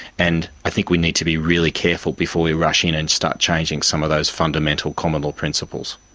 and i think we need to be really careful before we rush in and start changing some of those fundamental common law principles.